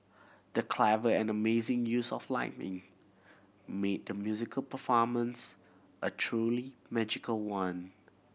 the clever and amazing use of lighting made the musical performance a truly magical one